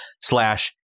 slash